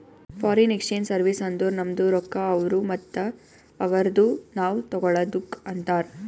foreign exchange service ಅಂದುರ್ ನಮ್ದು ರೊಕ್ಕಾ ಅವ್ರು ಮತ್ತ ಅವ್ರದು ನಾವ್ ತಗೊಳದುಕ್ ಅಂತಾರ್